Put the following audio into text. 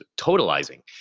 totalizing